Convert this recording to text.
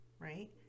right